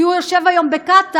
כי הוא יושב היום בקטאר,